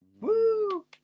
Woo